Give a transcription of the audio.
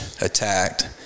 attacked